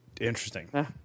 Interesting